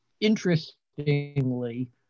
interestingly